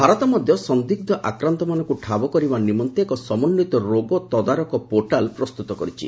ଭାରତ ମଧ୍ୟ ସନ୍ଦିଗ୍ନ ଆକ୍ରାନ୍ତମାନଙ୍କୁ ଠାବ କରିବା ନିମନ୍ତେ ଏକ ସମନ୍ୱିତ ରୋଗ ତଦାରଖ ପୋର୍ଟାଲ୍ ପ୍ରସ୍ତୁତ କରିଛି